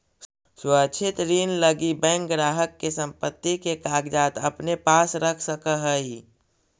सुरक्षित ऋण लगी बैंक ग्राहक के संपत्ति के कागजात अपने पास रख सकऽ हइ